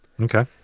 Okay